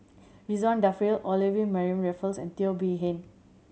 Ridzwan Dzafir Olivia Mariamne Raffles and Teo Bee Yen